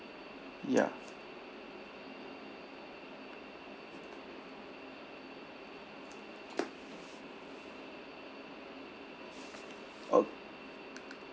ya o~